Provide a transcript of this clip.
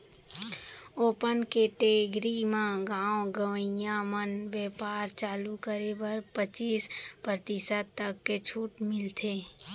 open category म गाँव गंवई म बेपार चालू करे बर पचीस परतिसत तक के छूट मिलथे